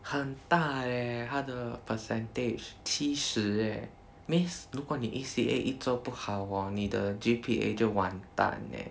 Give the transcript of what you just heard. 很大 eh 它的 percentage 七十 eh means 如果你 E_C_A 一做不好 hor 你的 G_P_A 就完蛋 eh